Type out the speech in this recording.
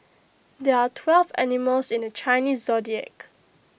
there are twelve animals in the Chinese Zodiac